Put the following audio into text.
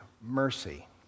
mercy